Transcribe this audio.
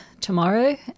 tomorrow